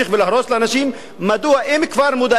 אם כבר מודעים לקיום הבעיה,